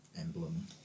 emblem